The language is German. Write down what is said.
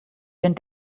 den